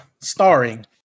Starring